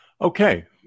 Okay